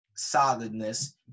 solidness